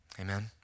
Amen